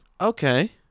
Okay